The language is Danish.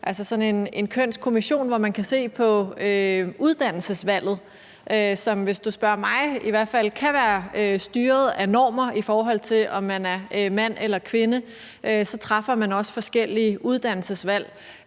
være sådan en kønskommission, hvor man kunne se på uddannelsesvalget, som, i hvert fald hvis du spørger mig, kan være styret af normer, i forhold til om man er mand eller kvinde; så træffer man også forskellige uddannelsesvalg,